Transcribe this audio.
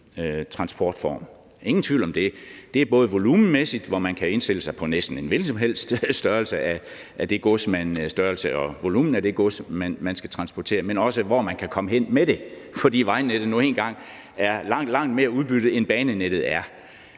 transportform, ingen tvivl om det. Det er det både volumenmæssigt, fordi man kan indstille sig på næsten en hvilken som helst volumen og størrelse af det gods, man skal transportere, men det er det også i forhold til, hvor man kan komme hen med det, fordi vejnettet nu engang er langt, langt mere udbygget, end banenettet er.